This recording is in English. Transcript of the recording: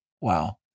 wow